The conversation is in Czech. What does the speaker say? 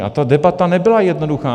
A ta debata nebyla jednoduchá.